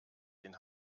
den